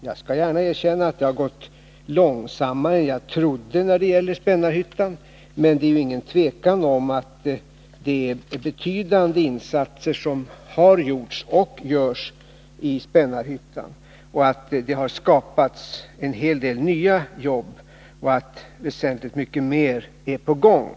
Jag skall gärna erkänna att det har gått långsammare än jag trodde när det gäller att nå en lösning för Spännarhyttan, men det är inget tvivel om att betydande insatser har gjorts, och görs, i Spännarhyttan, att det har skapats en hel del nya jobb där och att väsentligt mycket mer är i gång.